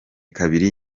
kabiri